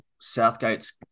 Southgate's